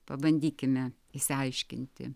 pabandykime išsiaiškinti